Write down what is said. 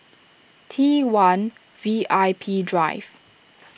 T one V I P Drive